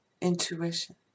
intuition